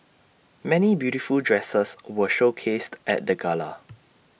many beautiful dresses were showcased at the gala